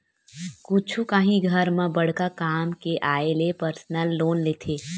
कुछु काही घर म बड़का काम के आय ले परसनल लोन लेथे